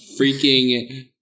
freaking